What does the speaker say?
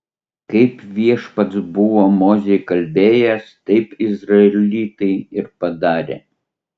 kaip viešpats buvo mozei kalbėjęs taip izraelitai ir padarė